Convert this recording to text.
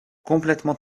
complètement